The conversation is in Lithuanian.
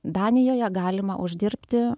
danijoje galima uždirbti